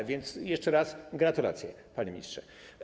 A więc jeszcze raz gratulacje, panie ministrze.